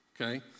Okay